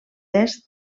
est